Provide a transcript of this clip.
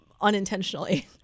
unintentionally